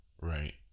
right